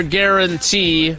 guarantee